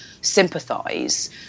sympathise